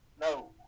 no